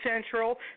Central